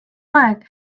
aeg